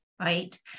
right